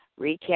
recap